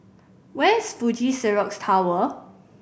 where is Fuji Xerox Tower